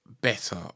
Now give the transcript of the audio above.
better